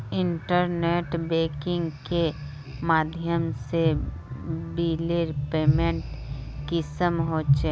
Internet banking के माध्यम से बिलेर पेमेंट कुंसम होचे?